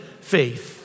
faith